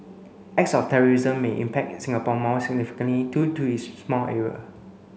acts of terrorism may impact Singapore more significantly due to its small area